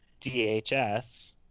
DHS